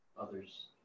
others